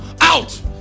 out